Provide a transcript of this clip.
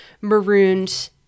marooned